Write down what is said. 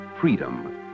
Freedom